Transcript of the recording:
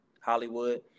Hollywood